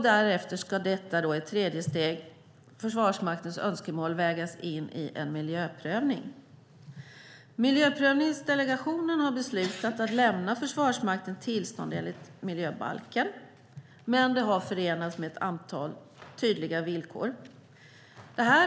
Därefter ska i ett tredje steg Försvarsmaktens önskemål vägas in i en miljöprövning. Miljöprövningsdelegationen har beslutat att lämna Försvarsmakten tillstånd enligt miljöbalken, men det har förenats med ett antal tydliga villkor.